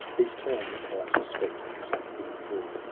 these terms, and i suspect some hidden fraud.